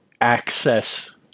access